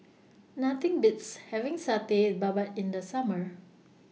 Nothing Beats having Satay Babat in The Summer